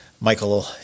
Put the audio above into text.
Michael